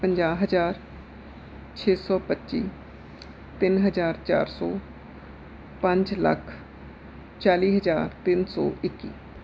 ਪੰਜਾਹ ਹਜ਼ਾਰ ਛੇ ਸੌ ਪੱਚੀ ਤਿੰਨ ਹਜ਼ਾਰ ਚਾਰ ਸੌ ਪੰਜ ਲੱਖ ਚਾਲ੍ਹੀ ਹਜ਼ਾਰ ਤਿੰਨ ਸੌ ਇੱਕੀ